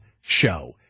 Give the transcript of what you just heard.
show